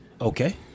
Okay